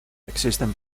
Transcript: existen